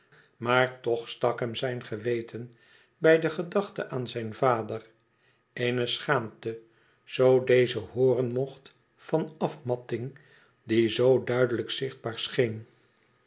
maar toch stak hem zijn geweten bij de gedachte aan zijn vader eene schaamte zoo deze hooren mocht van afmatting die zoo duidelijk zichtbaar scheen